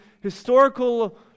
historical